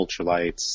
ultralights